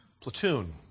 Platoon